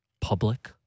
public